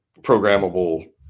programmable